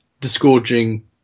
disgorging